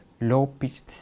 low-pitched